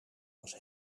was